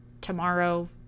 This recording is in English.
tomorrow